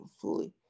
fully